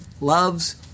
loves